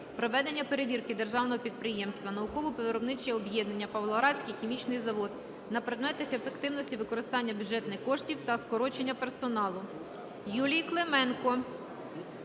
проведення перевірки Державного підприємства "Науково-виробниче об'єднання "Павлоградський хімічний завод"" на предмет ефективності використання бюджетних коштів та скорочення персоналу.